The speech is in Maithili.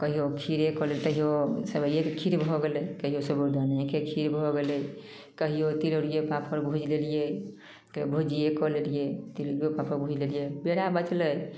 कहिओ खीरे कऽ कहिओ सेवैएके खीर भऽ गेलै कहिओ साबूदानेके खीर भऽ गेलै कहिओ तिलौड़िए पापड़ भुजि लेलिए कहिओ भुजिए कऽ लेलिए तिलौड़िए पापड़ भुजि देलिए पेड़ा बचलै